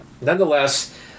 Nonetheless